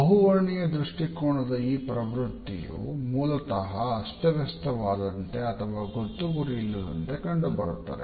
ಬಹುವರ್ಣೀಯ ದೃಷ್ಟಿಕೋನದ ಈ ಪ್ರವೃತ್ತಿಯು ಮೂಲತಹ ಅಸ್ತವ್ಯಸ್ತವಾದಂತೆ ಅಥವಾ ಗೊತ್ತುಗುರಿ ಇಲ್ಲದಂತೆ ಕಂಡುಬರುತ್ತದೆ